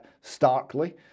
starkly